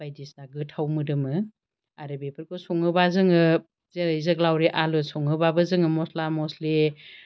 बायदिसिना गोथाव मोदोमो आरो बेफोरखौ सङोबा जोङो जेरै जोग्लावरि आलु सङोबाबो जोङो मस्ला मस्लि